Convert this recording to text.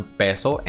peso